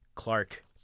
Clark